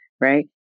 right